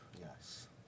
Yes